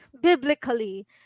biblically